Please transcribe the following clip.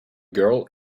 girl